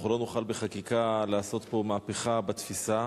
לא נוכל בחקיקה לעשות פה מהפכה בתפיסה,